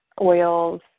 oils